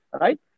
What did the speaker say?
Right